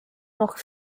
noch